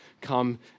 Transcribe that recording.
come